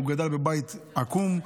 הוא גדל בבית עקום,